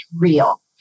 real